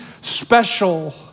special